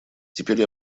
теперь